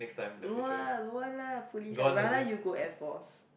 no lah don't want lah police I rather you go Air Force